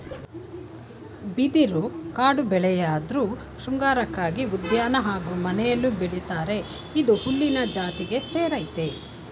ಬಿದಿರು ಕಾಡುಬೆಳೆಯಾಧ್ರು ಶೃಂಗಾರಕ್ಕಾಗಿ ಉದ್ಯಾನ ಹಾಗೂ ಮನೆಲೂ ಬೆಳಿತರೆ ಇದು ಹುಲ್ಲಿನ ಜಾತಿಗೆ ಸೇರಯ್ತೆ